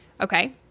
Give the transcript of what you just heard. Okay